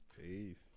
Peace